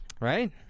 right